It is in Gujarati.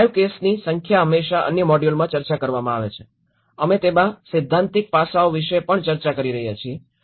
અને લાઇવ કેસની સાથે હંમેશા અન્ય મોડ્યુલોમાં ચર્ચા કરવામાં આવે છે અમે તેમાં સૈદ્ધાંતિક પાસાઓ વિશે પણ ચર્ચા કરી રહ્યાં છીએ